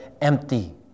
empty